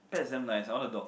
that's damn nice I want a dog